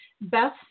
Beth